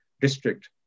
district